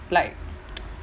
like